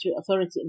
authority